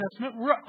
Testament